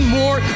more